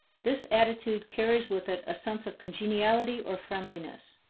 this attitude carries with it a sense of congeniality or friendliness,